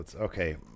Okay